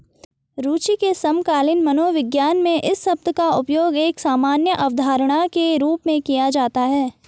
रूचि के समकालीन मनोविज्ञान में इस शब्द का उपयोग एक सामान्य अवधारणा के रूप में किया जाता है